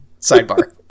Sidebar